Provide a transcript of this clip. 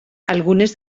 algunes